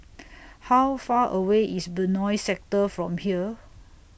How Far away IS Benoi Sector from here